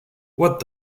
what